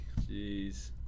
Jeez